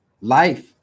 life